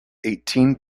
eighteen